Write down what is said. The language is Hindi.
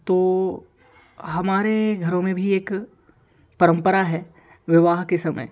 तो हमारे घरों में भी एक परम्परा है विवाह के समय